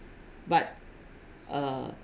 but uh